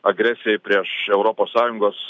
agresijai prieš europos sąjungos